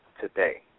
today